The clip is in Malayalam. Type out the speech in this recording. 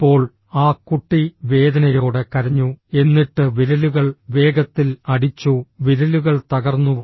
ഇപ്പോൾ ആ കുട്ടി വേദനയോടെ കരഞ്ഞു എന്നിട്ട് വിരലുകൾ വേഗത്തിൽ അടിച്ചു വിരലുകൾ തകർന്നു